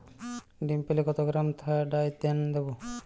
ডিস্মেলে কত গ্রাম ডাইথেন দেবো?